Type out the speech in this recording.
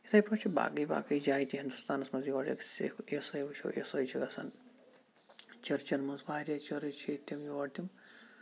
یِتھے پٲٹھۍ چھُ باقٕے باقٕے جایہِ تہِ ہِندوستانَس منٛز یور سِکھ عیٖسٲے وٕچھو عیٖسٲے چھِ گَژھان چٔرچَن منٛز واریاہ چٔرٕچ چھِ ییٚتہِ تِم یور تِم